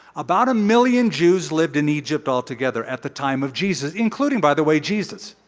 about a million jews lived in egypt altogether at the time of jesus, including, by the way, jesus.